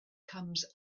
comes